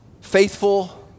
faithful